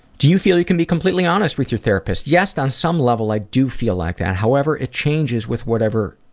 do you feel that you can be completely honest with your therapist? yes, on some level i do feel like that, however it changes with whatever